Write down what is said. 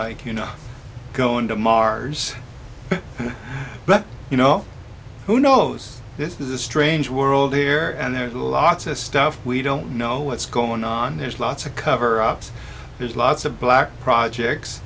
like you know going to mars you know who knows this is a strange world there and there are lots of stuff we don't know what's going on there's lots of cover ups there's lots of black projects